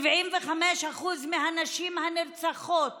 75% מהנשים הנרצחות